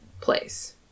place